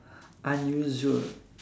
unusual